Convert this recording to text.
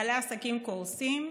בעלי עסקים קורסים,